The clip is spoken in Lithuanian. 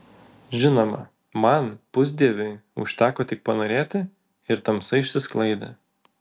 žinoma man pusdieviui užteko tik panorėti ir tamsa išsisklaidė